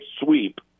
sweep